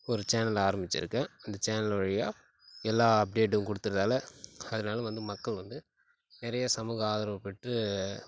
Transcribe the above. ஒரு சேனல் ஆரம்பிச்சிருக்கேன் அந்த சேனல் வழியாக எல்லா அப்டேட்டும் கொடுத்தறதால அதனால வந்து மக்கள் வந்து நிறைய சமூக ஆதரவு பெற்று